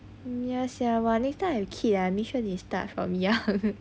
ya sia !wah! next time when I have kid ah I make sure they start from young